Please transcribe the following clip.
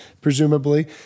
presumably